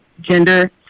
gender